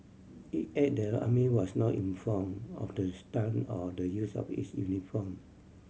it added that the army was not informed of the stunt or the use of its uniform